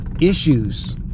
issues